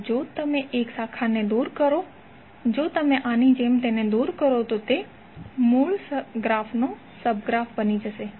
તો જો તમે એક શાખાને દૂર કરો જો તમે આની જેમ તેને દૂર કરો તો તે મૂળ ગ્રાફનો સબ ગ્રાફ બની જશે